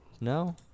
No